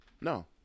No